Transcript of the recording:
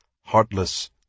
heartless